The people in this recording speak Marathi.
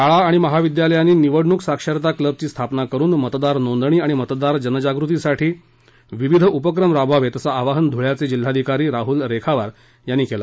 शाळा महाविद्यालयांनी निवडणुक साक्षरता क्लबची स्थापना करुन मतदार नोंदणी आणि मतदार जनजागृतीसाठी विविध उपक्रम राबवावेत असे आवाहन धुळ्याचे जिल्हाधिकारी राहल रेखावार यांनी केले